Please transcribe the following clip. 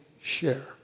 share